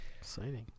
exciting